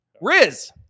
Riz